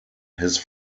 his